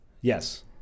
Yes